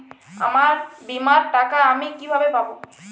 আমার বীমার টাকা আমি কিভাবে পাবো?